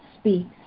speaks